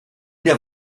der